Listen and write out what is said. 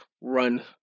run